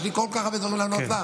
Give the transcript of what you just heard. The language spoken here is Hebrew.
יש לי כל כך הרבה דברים לענות לך.